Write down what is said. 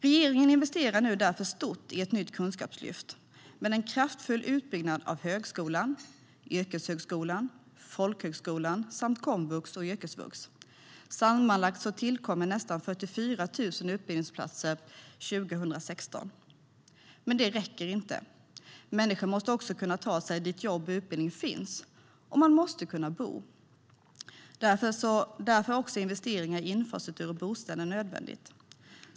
Därför investerar regeringen nu stort i ett nytt kunskapslyft med en kraftfull utbyggnad av högskolan, yrkeshögskolan och folkhögskolan samt av komvux och yrkesvux. Sammanlagt tillkommer nästan 44 000 nya utbildningsplatser 2016. Men det räcker inte. Människor måste också kunna ta sig dit där jobb och utbildning finns, och de måste kunna bo där. Därför är investeringar även i infrastruktur och bostäder nödvändiga.